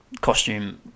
costume